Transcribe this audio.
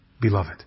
beloved